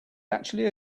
actually